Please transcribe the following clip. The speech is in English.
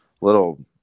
little